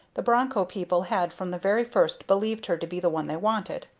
the broncho people had from the very first believed her to be the one they wanted.